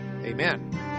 Amen